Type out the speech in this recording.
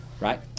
right